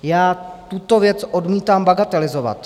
Já tuto věc odmítám bagatelizovat.